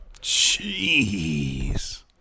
Jeez